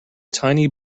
tiny